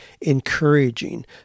encouraging